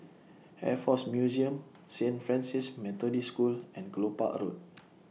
Air Force Museum Saint Francis Methodist School and Kelopak Road